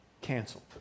canceled